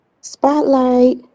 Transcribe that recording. Spotlight